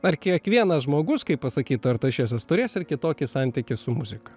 ar kiekvienas žmogus kaip pasakytų artašesas turės ir kitokį santykį su muzika